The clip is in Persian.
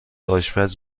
آشپز